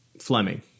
Fleming